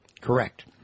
correct